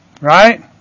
Right